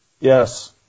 Yes